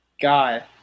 God